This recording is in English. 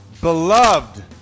Beloved